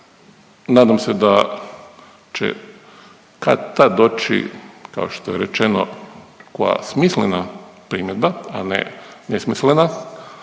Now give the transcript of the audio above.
nadam se da će kad-tad doći kao što je rečeno koja smislena primjedba, a ne nesmislena